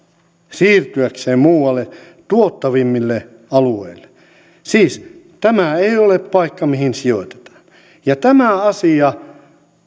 siirtyäkseen muualle tuottavimmille alueille siis tämä ei ole paikka mihin sijoitetaan tämä asia